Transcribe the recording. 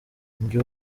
njye